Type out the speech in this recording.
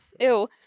Ew